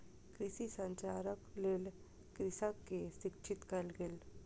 कृषि संचारक लेल कृषक के शिक्षित कयल गेल